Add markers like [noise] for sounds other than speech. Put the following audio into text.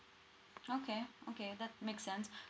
okay okay that makes sense [breath]